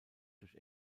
durch